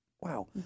Wow